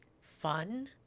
fun